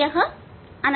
ठीक है